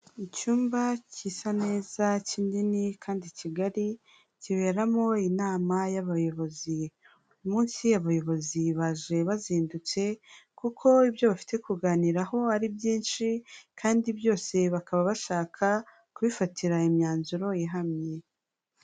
Icyumba gisa neza kinini kandi kigali kiberamo inama y'abayobozi, uyu munsi abayobozi baje bazindutse kuko ibyo bafite kuganiraho hari byinshi kandi byose bakaba bashaka kubifatira imyanzuro ihamye.